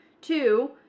Two